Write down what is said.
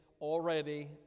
already